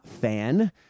fan